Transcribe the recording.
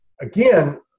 Again